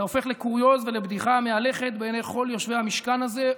אתה הופך לקוריוז ולבדיחה מהלכת בעיני כל יושבי המשכן הזה,